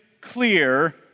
clear